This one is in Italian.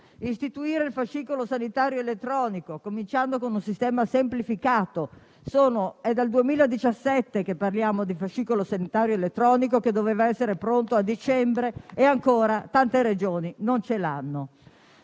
istituire il fascicolo sanitario elettronico, cominciando con un sistema semplificato. È dal 2017 che parliamo di fascicolo sanitario elettronico, che avrebbe dovuto essere pronto a dicembre e ancora tante Regioni non ce l'hanno.